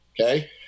Okay